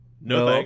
No